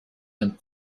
and